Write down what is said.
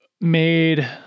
made